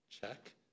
check